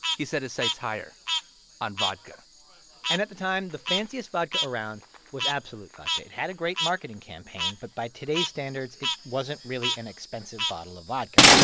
he set his sights higher on vodka and at the time, the fanciest vodka around was absolut vodka. it had a great marketing campaign. but by today's standards, it wasn't really an expensive bottle of vodka.